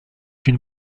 une